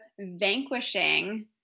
vanquishing